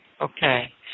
Okay